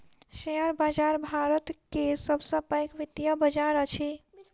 share बाजार भारत के सब सॅ पैघ वित्तीय बजार अछि